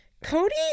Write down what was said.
Cody